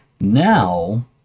Now